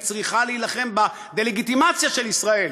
צריכה להילחם בדה-לגיטימציה של ישראל.